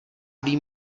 vím